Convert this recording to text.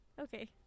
Okay